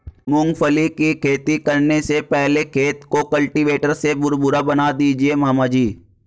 मूंगफली की खेती करने से पहले खेत को कल्टीवेटर से भुरभुरा बना दीजिए मामा जी